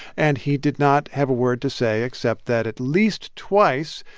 and he did not have a word to say, except that, at least twice,